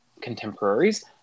contemporaries